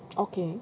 okay